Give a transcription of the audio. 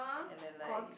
and then like